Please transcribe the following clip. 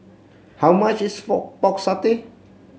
how much is fork Pork Satay